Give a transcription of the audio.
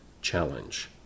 Challenge